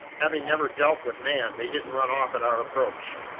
having never dealt with man, they didn't run off at our approach,